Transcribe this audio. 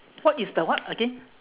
what is the what again